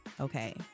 okay